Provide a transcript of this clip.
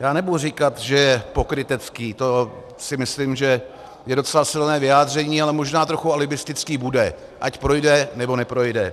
Nebudu říkat, že je pokrytecký, to si myslím, že je docela silné vyjádření, ale možná trochu alibistický bude, ať projde, nebo neprojde...